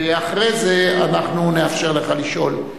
אחרי זה נאפשר לך לשאול,